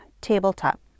tabletop